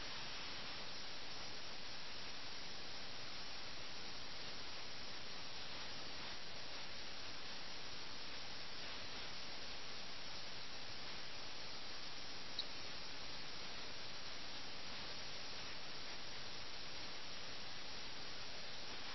ഞാൻ പറഞ്ഞതുപോലെ ഈ തന്ത്രങ്ങൾ കാസ്റ്റ്ലിംഗ് നീക്കങ്ങൾ അകൽച്ചകൾ അഭിപ്രായവ്യത്യാസങ്ങൾ വേർപിരിയൽ പരസ്പരം അമർഷം അനുരഞ്ജനം ഒരിക്കൽ കൂടി സുഹൃത്തുക്കളാകുക ഇതെല്ലാം ഒരു ബദൽ ലോകത്ത് ഈ ചെസ്സിന്റെ ലോകത്ത് സംഭവിക്കുന്നു